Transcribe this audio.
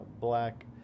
black